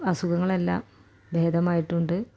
അസുഖങ്ങളെല്ലാം ഭേദമായിട്ടുണ്ട്